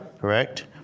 correct